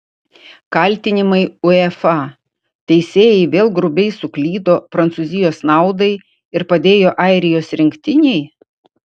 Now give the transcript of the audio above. kaltinimai uefa teisėjai vėl grubiai suklydo prancūzijos naudai ir padėjo airijos rinktinei